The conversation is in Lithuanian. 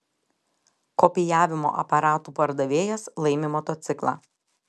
kopijavimo aparatų pardavėjas laimi motociklą